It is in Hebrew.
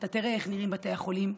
אתה תראה איך נראים בתי החולים,